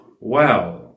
wow